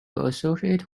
associate